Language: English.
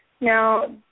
Now